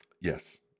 Yes